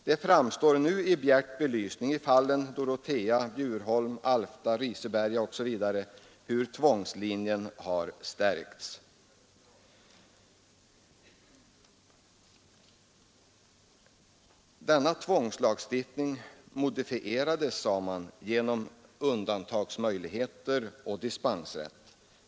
Det framstår nu i bjärt belysning i fallen Dorotea, Bjurholm, Alfta, Riseberga, osv. att tvångslinjen har stärkts. Denna tvångslagstiftning modifierades, sade man, genom undantagsmöjligheter och dispensrätt.